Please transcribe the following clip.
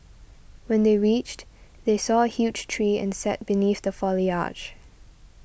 when they reached they saw a huge tree and sat beneath the foliage